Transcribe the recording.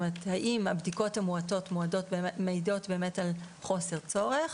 האם הבדיקות המועטות מעידות באמת על חוסר צורך